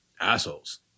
assholes